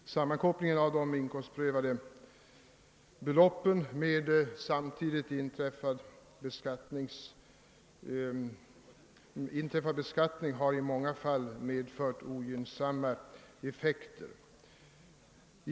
Sammankopplingen av de inkomstprövade beloppen med samtidigt inträffad beskattning har i många fall medfört ogynnsamma effekter.